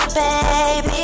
baby